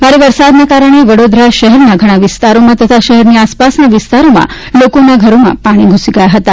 ભારે વરસાદના કારણે વડોદરા શહેરના ઘણા વિસ્તારોમાં તથા શહેરની આસપાસના વિસ્તારોમાં લોકોના ઘરોમાં પાણી ઘુસી ગયા હતા